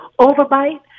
overbite